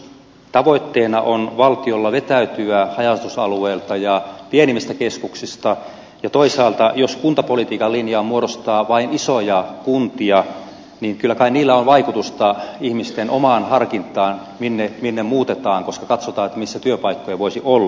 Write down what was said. jos valtion tavoitteena on vetäytyä haja asutusalueilta ja pienimmistä keskuksista ja toisaalta jos kuntapolitiikan linja on muodostaa vain isoja kuntia niin kyllä kai niillä on vaikutusta ihmisten omaan harkintaan minne muutetaan koska katsotaan missä työpaikkoja voisi olla